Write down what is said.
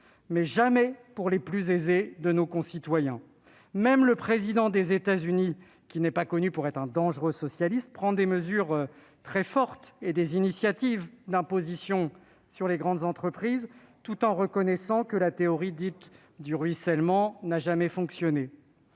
mais jamais pour les plus aisés de nos concitoyens ! Même le président des États-Unis, qui n'est pas connu pour être un dangereux socialiste, prend des mesures très fortes d'imposition sur les grandes entreprises, tout en reconnaissant que la théorie dite « du ruissellement » n'a jamais fonctionné.